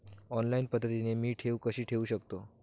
Online पद्धतीने मी ठेव कशी ठेवू शकतो?